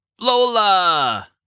Lola